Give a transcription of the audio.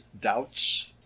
doubts